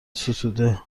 ستوده